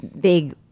big